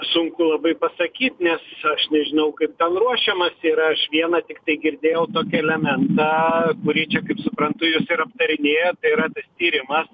sunku labai pasakyt nes aš nežinau kaip ten ruošiamasi yra aš vieną tiktai girdėjau tokį elementą kurį čia kaip suprantu jūs ir aptarinėjat tai yra tyrimas